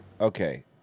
Okay